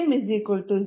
012 I 0